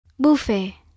Buffet